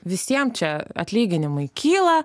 visiem čia atlyginimai kyla